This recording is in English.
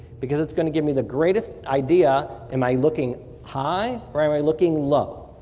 because it's going oh give me the greatest idea, am i looking high or am i looking low?